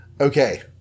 Okay